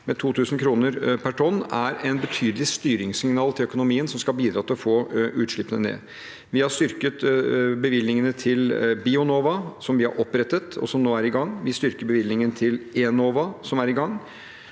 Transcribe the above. til 2 000 kr per tonn er et betydelig styringssignal til økonomien som skal bidra til å få utslippene ned. Vi har styrket bevilgningene til Bionova, som vi har opprettet, og som nå er i gang. Vi styrker bevilgningene til Enova, som er i gang.